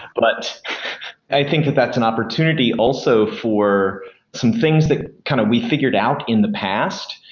but i think that's an opportunity also for some things that kind of we figured out in the past,